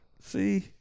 See